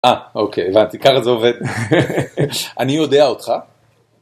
אה, אוקיי, הבנתי. ככה זה עובד. אני יודע אותך.